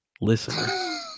listener